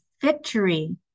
victory